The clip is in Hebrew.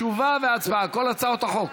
תשובה והצבעה כל הצעות החוק.